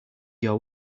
your